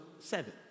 seven